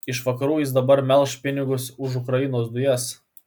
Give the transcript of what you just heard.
iš vakarų jis dabar melš pinigus už ukrainos dujas